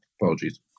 Apologies